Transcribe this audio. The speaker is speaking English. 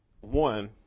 one